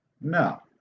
no